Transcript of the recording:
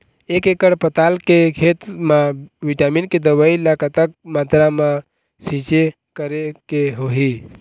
एक एकड़ पताल के खेत मा विटामिन के दवई ला कतक मात्रा मा छीचें करके होही?